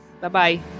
Bye-bye